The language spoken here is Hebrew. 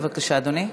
בבקשה, אדוני.